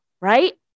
right